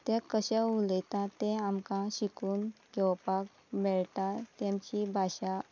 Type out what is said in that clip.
ते कशे उलयता तें आमकां शिकून घेवपाक मेळटा तांची भाशा